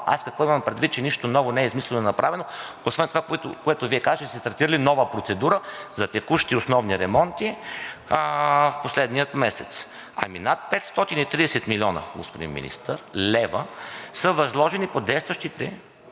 Но какво имам предвид, че нищо ново не е измислено и направено, освен това, което Вие казахте, че сте стартирали нова процедура за текущи и основни ремонти в последния месец? Ами над 530 млн. лв., господин Министър, са възложени по действащите